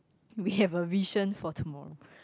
we have a vision for tomorrow